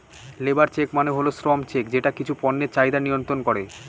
labour check মানে হল শ্রম চেক যেটা কিছু পণ্যের চাহিদা মিয়ন্ত্রন করে